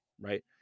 right